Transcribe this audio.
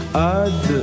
ad